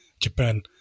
Japan